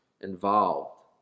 involved